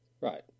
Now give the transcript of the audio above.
Right